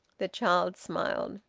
the child smiled.